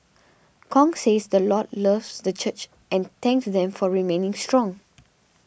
Kong says the Lord loves this church and thanked them for remaining strong